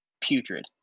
putrid